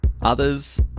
Others